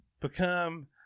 become